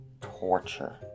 torture